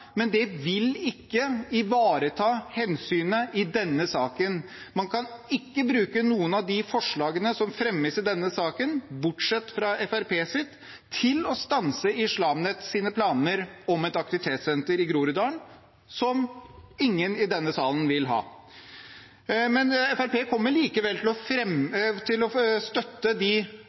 men det vil ikke ivareta hensynet i denne saken. Man kan ikke bruke noen av de forslagene som fremmes i denne saken, bortsett fra Fremskrittspartiets, til å stanse Islam Nets planer om et aktivitetssenter i Groruddalen, som ingen i denne salen vil ha. Fremskrittspartiet kommer likevel til å